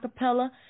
Acapella